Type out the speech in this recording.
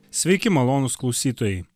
sveiki malonūs klausytojai